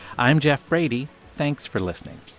i'm jeff brady. thanks for listening